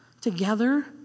together